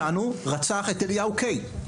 הוא אותו מחבל שרצח את אליהו קיי.